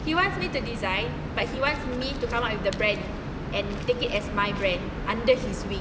he wants me to design but he wants me to come out with the brand and and take it as my brand under his wing